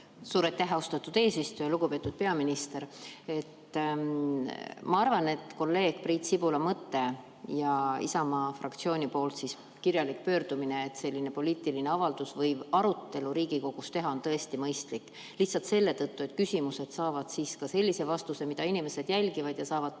Suur aitäh, austatud eesistuja! Lugupeetud peaminister! Ma arvan, et kolleeg Priit Sibula mõte ja Isamaa fraktsiooni kirjalik pöördumine, et selline poliitiline avaldus või arutelu Riigikogus teha, on tõesti mõistlik, lihtsalt selle tõttu, et küsimused saavad siis ka sellise vastuse, mida inimesed jälgivad, nad saavad